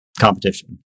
competition